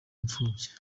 imfubyi